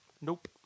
Nope